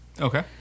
okay